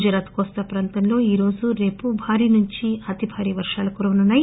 గుజరాత్ కోస్తా ప్రాంతంలో ఈరోజు రేపు భారీ నుంచి అతి భారీ వర్గాలు కురవనున్నాయి